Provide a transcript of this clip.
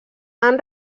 han